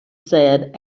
said